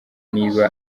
niba